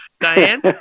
Diane